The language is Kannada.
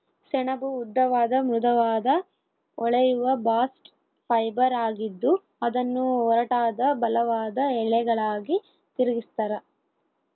ಸೆಣಬು ಉದ್ದವಾದ ಮೃದುವಾದ ಹೊಳೆಯುವ ಬಾಸ್ಟ್ ಫೈಬರ್ ಆಗಿದ್ದು ಅದನ್ನು ಒರಟಾದ ಬಲವಾದ ಎಳೆಗಳಾಗಿ ತಿರುಗಿಸ್ತರ